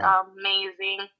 amazing